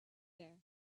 there